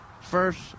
first